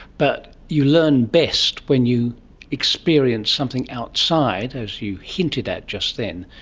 but you learn best when you experience something outside, as you hinted at just then,